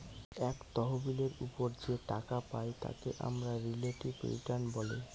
এক তহবিলের ওপর যে টাকা পাই তাকে আমরা রিলেটিভ রিটার্ন বলে